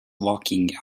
walking